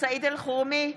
סעיד אלחרומי,